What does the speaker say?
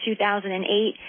2008